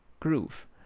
Groove